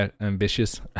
ambitious